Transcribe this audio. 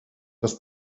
das